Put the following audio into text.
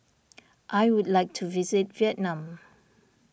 I would like to visit Vietnam